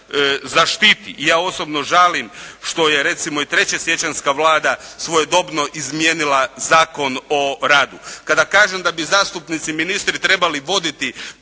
zaštiti i ja osobno žali što je, recimo i treće siječanjska Vlada svojedobno izmijenila Zakon o radu. Kada kažem da bi zastupnici i ministri trebali voditi